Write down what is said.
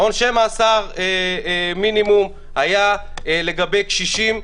עונשי מאסר מינימום היו לגבי קשישים,